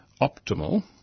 optimal